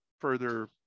further